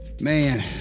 Man